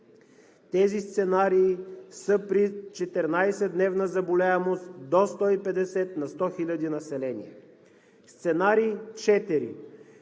Тези сценарии са при 14-дневна заболяемост до 150 на 100 хиляди население. Сценарий 4: